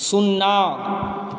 शुन्ना